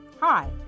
Hi